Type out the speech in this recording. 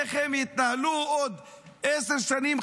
איך הם יתנהלו בעוד עשר שנים,